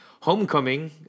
homecoming